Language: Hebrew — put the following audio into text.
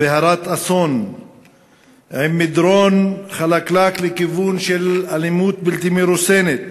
והרת אסון עם מדרון חלקלק לכיוון של אלימות בלתי מרוסנת,